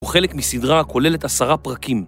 הוא חלק מסדרה הכוללת עשרה פרקים.